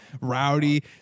rowdy